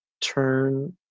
turn